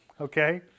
Okay